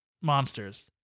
monsters